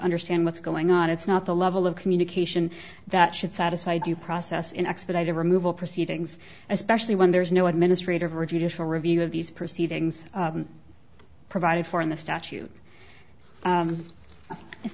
understand what's going on it's not the level of communication that should satisfy due process in expedited removal proceedings especially when there is no administrative or judicial review of these proceedings provided for in the statute